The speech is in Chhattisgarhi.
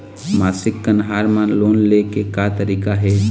मासिक कन्हार म लोन ले के का तरीका हे?